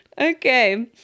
okay